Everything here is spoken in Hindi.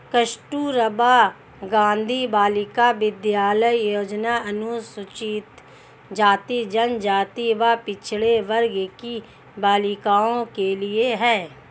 कस्तूरबा गांधी बालिका विद्यालय योजना अनुसूचित जाति, जनजाति व पिछड़े वर्ग की बालिकाओं के लिए है